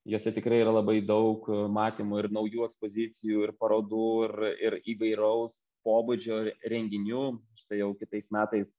juose tikrai yra labai daug matymų ir naujų ekspozicijų ir parodų ir ir įvairaus pobūdžio renginių štai jau kitais metais